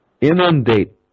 inundate